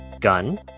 gun